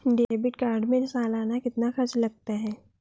Debit card में सालाना कितना खर्च लगता है?